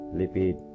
lipid